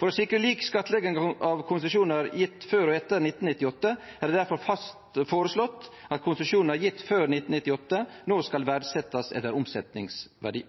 For å sikre lik skattlegging av konsesjonar gjeve før og etter 1998 er det difor foreslått at konsesjonar gjeve før 1998 no skal verdsetjast etter omsetningsverdi.